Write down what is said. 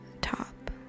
Top